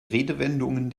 redewendungen